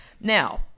Now